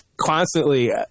constantly